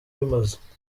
bimaze